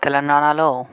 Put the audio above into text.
తెలంగాణాలో